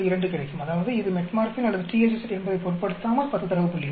2 கிடைக்கும் அதாவது இது மெட்ஃபோர்மின் அல்லது THZ என்பதைப் பொருட்படுத்தாமல் 10 தரவு புள்ளிகள்